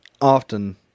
often